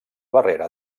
barrera